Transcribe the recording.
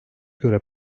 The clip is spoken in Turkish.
göre